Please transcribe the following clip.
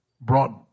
brought